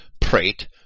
prate